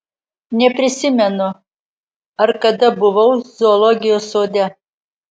neprisimenu ar kada buvau zoologijos sode